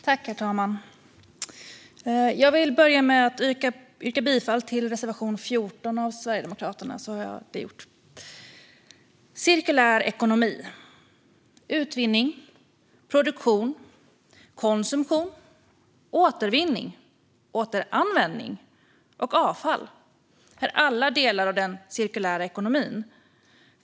Herr talman! Jag vill börja med att yrka bifall till reservation 14 från Sverigedemokraterna. Utvinning, produktion, konsumtion, återvinning, återanvändning och avfall är alla delar av den cirkulära ekonomin.